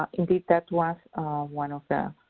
indeed that was one of the